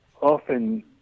often